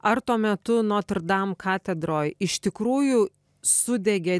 ar tuo metu notrdam katedroj iš tikrųjų sudegė